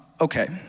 okay